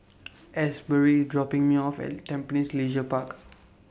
Asberry IS dropping Me off At Tampines Leisure Park